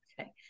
Okay